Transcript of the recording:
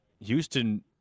Houston